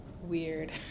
Weird